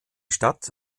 stadt